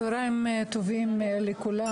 צהריים טובים לכולם.